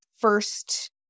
first